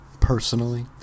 Personally